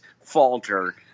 falter